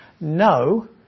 No